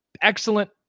excellent